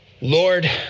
Lord